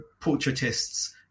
portraitists